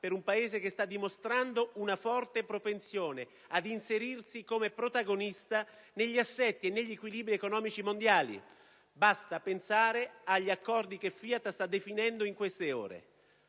per un Paese che sta dimostrando una forte propensione ad inserirsi come protagonista negli assetti e negli equilibri economici mondiali; basti pensare agli accordi che Fiat sta definendo in queste ore.